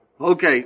Okay